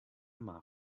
map